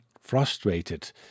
frustrated